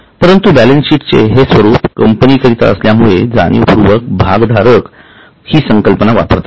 परंतु बॅलन्सशीटचे हे स्वरूप कंपनी करीता असल्यामुळे जाणीवपूर्वक भागधारक हि संकल्पना वापरतात